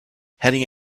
heading